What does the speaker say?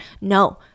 No